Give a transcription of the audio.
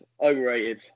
Overrated